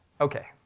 okay,